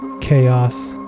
chaos